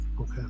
Okay